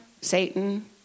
Satan